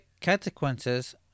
consequences